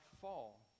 fall